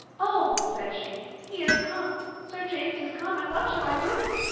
oh! said she, he is come sir james is come, and what shall i do?